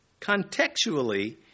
contextually